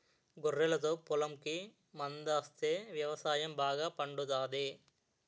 గొర్రెలతో పొలంకి మందాస్తే వ్యవసాయం బాగా పండుతాది